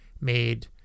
made